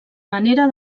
manera